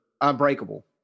Unbreakable